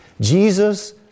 Jesus